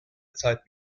zeit